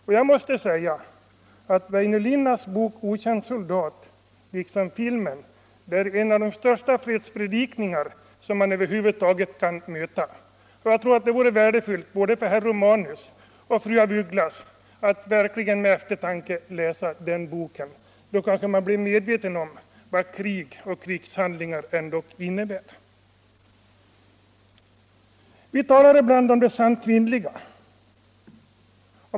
Och jag måste säga att Väinö Linnas bok Okänd soldat liksom filmen är en av de starkaste fredspredikningar som man över huvud taget kan uppleva. Jag tror att det vore värdefullt för både fru af Ugglas och herr Romanus att med verklig eftertanke läsa den boken. Då kanske de blir medvetna om vad krig och krigshandlingar innebär. Vi talar ibland om det sant kvinnliga.